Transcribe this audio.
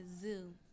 zoo